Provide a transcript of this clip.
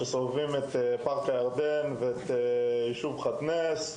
שסובבים את פארק הירדן ואת הישוב חד נס.